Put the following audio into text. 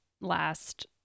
last